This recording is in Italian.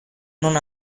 non